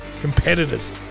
competitors